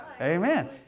Amen